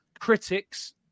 critics